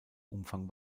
umfang